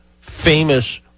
famous